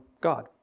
God